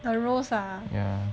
the rose